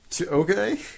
Okay